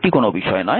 এটি কোনও বিষয় নয়